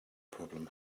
problem